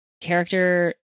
character